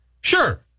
sure